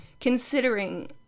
considering